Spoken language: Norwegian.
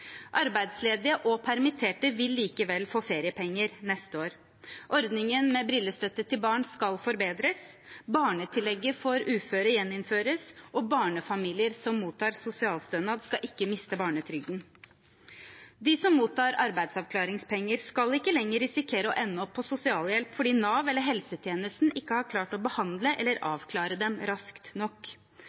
Arbeidsledige og permitterte vil likevel få feriepenger neste år. Ordningen med brillestøtte til barn skal forbedres. Barnetillegget for uføre gjeninnføres, og barnefamilier som mottar sosialstønad, skal ikke miste barnetrygden. De som mottar arbeidsavklaringspenger, skal ikke lenger risikere å ende opp på sosialhjelp fordi Nav eller helsetjenesten ikke har klart å behandle eller avklare dem raskt nok.